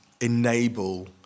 enable